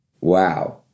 wow